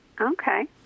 Okay